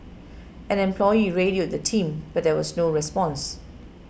an employee radioed the team but there was no response